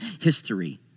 history